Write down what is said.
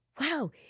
wow